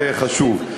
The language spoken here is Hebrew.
זה חשוב.